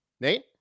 Nate